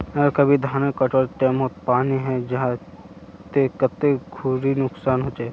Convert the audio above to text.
अगर कभी धानेर कटवार टैमोत पानी है जहा ते कते खुरी नुकसान होचए?